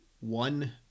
one